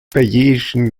bayesian